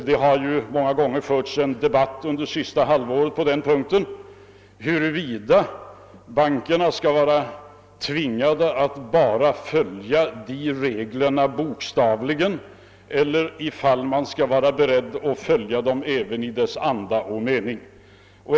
Det har förts en debatt under det senaste halvåret om huruvida bankerna skall vara tvingade att följa bara reglernas bokstav eller att följa också deras anda och mening.